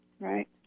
Right